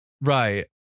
Right